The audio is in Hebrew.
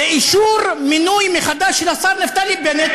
אישור מינויו מחדש של השר נפתלי בנט,